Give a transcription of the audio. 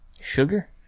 sugar